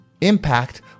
impact